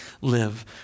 live